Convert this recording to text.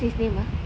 what's his name ah